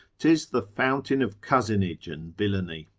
tis the fountain of cozenage and villainy.